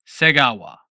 Segawa